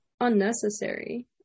unnecessary